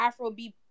Afrobeat